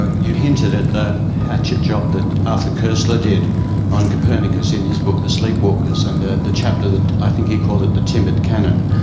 you hinted at the hatchet job that arthur koestler did on copernicus in his book the sleepwalkers and the chapter that, i think he called it the timid canon.